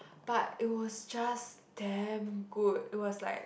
but it was just damn good it was like